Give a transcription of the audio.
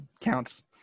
counts